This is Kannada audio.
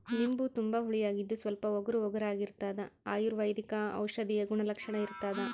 ನಿಂಬು ತುಂಬಾ ಹುಳಿಯಾಗಿದ್ದು ಸ್ವಲ್ಪ ಒಗರುಒಗರಾಗಿರಾಗಿರ್ತದ ಅಯುರ್ವೈದಿಕ ಔಷಧೀಯ ಗುಣಲಕ್ಷಣ ಇರ್ತಾದ